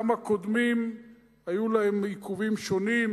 גם הקודמים היו להם עיכובים שונים.